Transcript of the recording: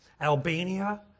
Albania